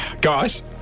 guys